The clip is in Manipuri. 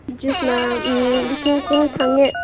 ꯖꯨꯏꯁꯅ ꯂꯤꯁꯤꯡ ꯀꯨꯟ ꯐꯪꯉꯦ